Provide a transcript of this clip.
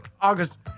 August